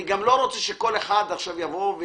אני גם לא רוצה שכל אחד עכשיו יבוא.